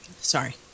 Sorry